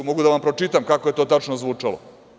Mogu da vam pročitam kako je to tačno zvučalo.